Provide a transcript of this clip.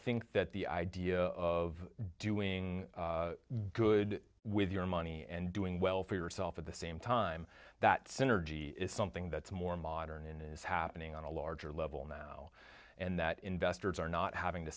think that the idea of doing good with your money and doing well for yourself at the same time that synergy is something that's more modern and is happening on a larger level now and that investors are not having to